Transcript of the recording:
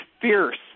fierce